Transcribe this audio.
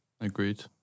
Agreed